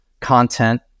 content